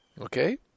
Okay